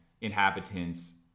inhabitants